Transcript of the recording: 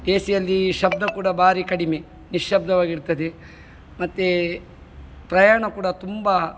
A ಸಿಯಲ್ಲಿ ಶಬ್ದ ಕೂಡ ಭಾರೀ ಕಡಿಮೆ ನಿಶ್ಶಬ್ದವಾಗಿರ್ತದೆ ಮತ್ತು ಪ್ರಯಾಣ ಕೂಡ ತುಂಬ